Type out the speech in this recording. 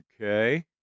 Okay